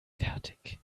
fertig